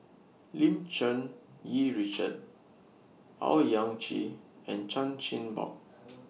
Lim Cherng Yih Richard Owyang Chi and Chan Chin Bock